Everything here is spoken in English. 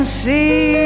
see